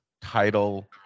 title